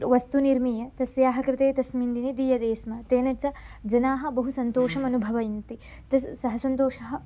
वस्तु निर्मीय तस्याः कृते तस्मिन् दिने दीयते स्म तेन च जनाः बहु सन्तोषमनुभवन्ति तस्याः सः सन्तोषः